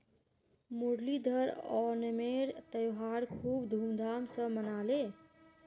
मुरलीधर ओणमेर त्योहार खूब धूमधाम स मनाले